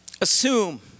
assume